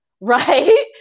right